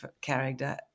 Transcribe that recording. character